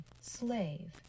slave